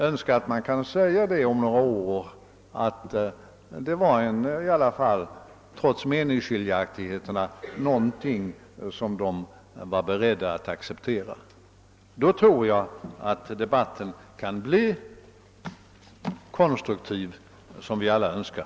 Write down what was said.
Jag hoppas att man inom några år, trots meningsskiljaktigheterna, skall kunna säga att detta i alla fall var någonting som de var beredda att acceptera. Då tror jag att debatten kan bli så konstruktiv som vi alla önskar.